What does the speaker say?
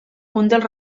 dels